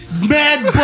Mad